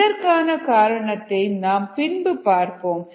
இதற்கான காரணத்தை நாம் பின்பு பார்ப்போம்